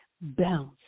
bounce